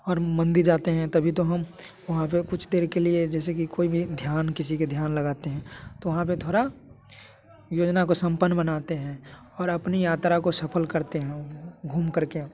और मंदिर जाते हैं तभी तो हम वहाँ पे कुछ देर के लिए जैसे कि कोई भी ध्यान किसी के ध्यान लगाते हैं तो वहाँ पे थोड़ा योजना को संपन्न बनाते हैं और अपनी यात्रा को सफल करते हैं घूम कर के